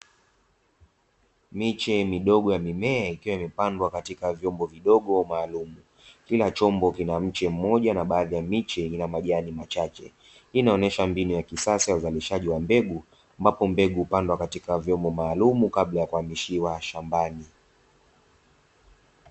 Miche midogo ya mimea ikiwa imepandwa katika vyombo vidogo maalumu, kila chombo kina mche mmoja na baadhi ya miche ina majani machache, hii inaonesha mbinu ya kisasa ya uzariahaji wa mbegu ambapo mbegu hupandwa katika vyombo maalumu kabla ya kuhamishiwa shambani.